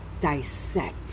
dissect